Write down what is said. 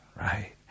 right